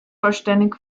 vollständig